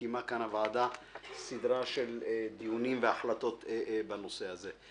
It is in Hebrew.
רק לאחרונה קיימה כאן הוועדה סידרה של דיונים וקיבלה החלטות בנושא הזה.